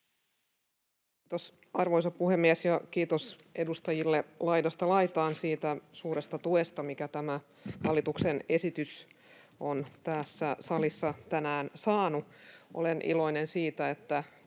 Kiitos, arvoisa puhemies! Kiitos edustajille laidasta laitaan siitä suuresta tuesta, minkä tämä hallituksen esitys on tässä salissa tänään saanut. Olen iloinen siitä, että